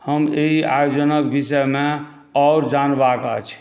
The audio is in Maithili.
हम एहि आयोजनक विषयमे आओर जानबाक अछि